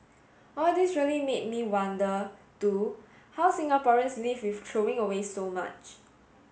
all this really made me wonder too how Singaporeans live with throwing away so much